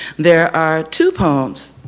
there are two poems.